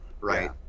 Right